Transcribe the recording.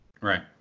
right